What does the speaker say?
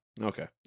Okay